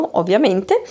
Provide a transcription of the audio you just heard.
ovviamente